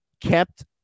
kept